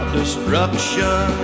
destruction